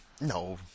no